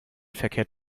verkehrt